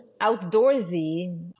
outdoorsy